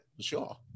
Sure